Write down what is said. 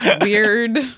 Weird